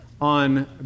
on